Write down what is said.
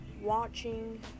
watching